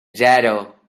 zero